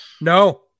No